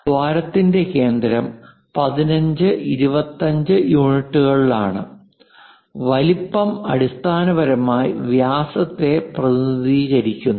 ആ ദ്വാരത്തിന്റെ കേന്ദ്രം 15 25 യൂണിറ്റുകളിലാണ് വലുപ്പം അടിസ്ഥാനപരമായി വ്യാസത്തെ പ്രതിനിധീകരിക്കുന്നു